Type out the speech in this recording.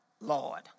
Lord